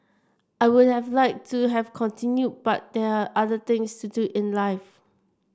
I would have like to have continued but there're other things to do in life